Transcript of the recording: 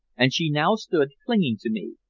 and she now stood clinging to me,